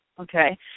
Okay